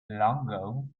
longo